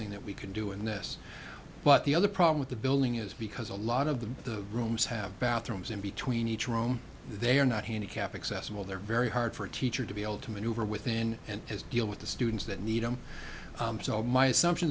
thing that we can do in this but the other problem with the building is because a lot of the rooms have bathrooms in between each room they are not handicapped accessible they're very hard for a teacher to be able to maneuver within and his deal with the students that need him so my assumption